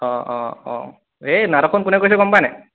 অঁ অঁ অঁ এই নাটকখন কোনে কৰিছে গম পাইনে